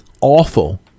awful